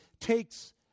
takes